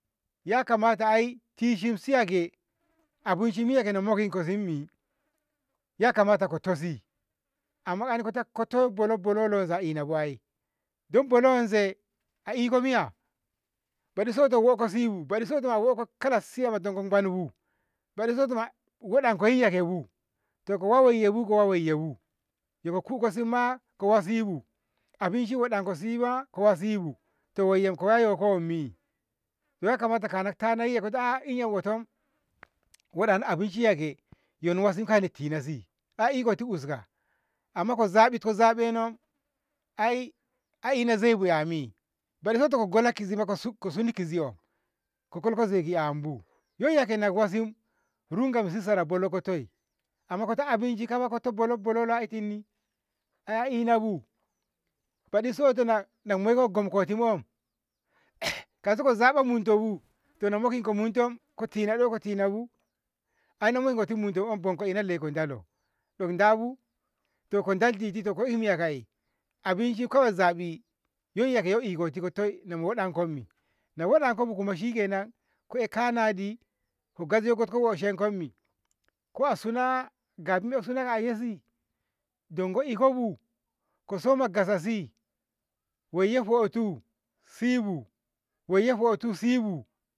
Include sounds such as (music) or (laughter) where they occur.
Yakamata ai tishissiya ke abinshimiya na mokinkosimmi, yakamata ko tosi amma na anakoto bolo- bolo wanse a e'nabu ai dan bolonze a iko miya baɗi soto woko sibu, baɗi soto a hoko kalassiyama ndongo manbu baɗi sotoma hoɗonko yiya kebu, to ko wa wayyebu ko wa wayyebu. Yo ko kukosima kowa sibu abinshi hoɗonkoshi ba kowa sibu to wayenkoma ai yoko wammi yakamata kana- kanaiya kota ah iyye woton hoɗano abinshiye ke yo inwasi kana tinasi a ikoti uska amma ko zabitko zabeno ai a ina zaibuyami, boɗi soto ko gola kizi ki suni kiziyo ko kolko zaiki yabu yoyiya kena kowasi rungamsi sara bolo ko toi amma kata abinshi kaba kota bolo- bolo lo a'itinni? ai a inabu baɗi sotona namoiko gomkoti mom (noise) kauso ko zabomunto bu, tona mokiko muntom kotinaɗo ko tinabu? ai namoikoti mudo bonko ehko ndalo ndabu to ko daltiti ki e'miya ka'e? abinshi kawai zabi yoyiya kiyo ikoti ko toi muɗankomi, nahoɗokobu shikenan ku eh kanadi kukeje goku woshenkonmi ko asuna gasuna kayashi dongo ikobu kasoma gasasi wayye hoatu sibu wayye hoatu sibu